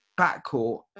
backcourt